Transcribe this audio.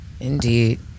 indeed